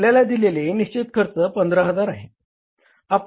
आपल्याला दिलेले निश्चित खर्च 15000 आहे